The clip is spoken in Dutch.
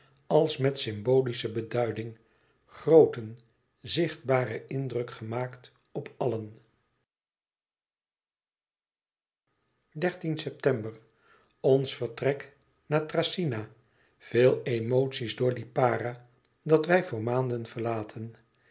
als met symbolieke beduiding grooten zichtbaren indruk gemaakt op allen eptember ons vertrek naar thracyna veel emotie door lipara dat wij voor maanden verlaten